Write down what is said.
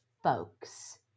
Folks